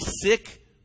sick